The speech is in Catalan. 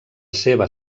seva